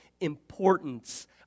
importance